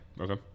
Okay